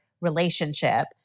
relationship